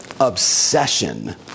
obsession